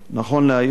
נכון להיום,